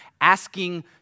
asking